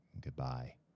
Goodbye